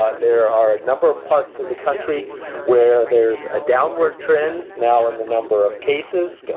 there are a number of parts of the country where there is a downward trend now in the number of cases.